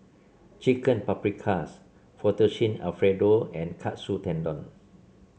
Chicken Paprikas Fettuccine Alfredo and Katsu Tendon